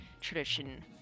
tradition